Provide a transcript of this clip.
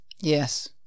Yes